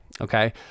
Okay